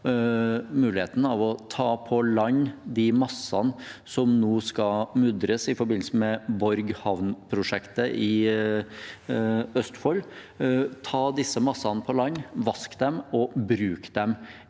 muligheten for å ta på land de massene som nå skal mudres i forbindelse med Borg havn-prosjektet i Østfold – ta disse massene på land, vaske dem og bruke dem